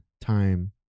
time